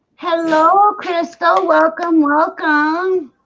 hello crystal, welcome welcome.